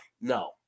No